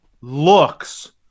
looks